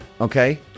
okay